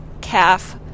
calf